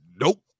Nope